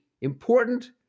important